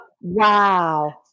Wow